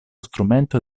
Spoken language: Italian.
strumento